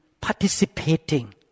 participating